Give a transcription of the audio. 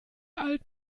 alt